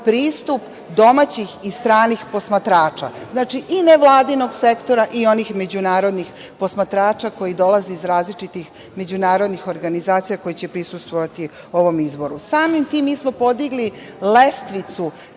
pristup domaćih i stranih posmatrača. Znači, i nevladinog sektora i onih međunarodnih posmatrača koji dolaze iz različitih međunarodnih organizacija koji će prisustvovati ovom izboru. Samim tim, mi smo podigli lestvicu